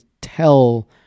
tell